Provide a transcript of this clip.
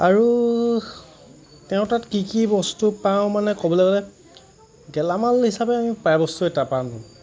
আৰু তেওঁ তাত কি কি বস্তু পাওঁ মানে ক'বলে গ'লে গেলামাল হিচাপে আমি প্ৰায় বস্তুৱে তাৰপৰা আনোঁ